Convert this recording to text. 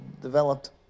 Developed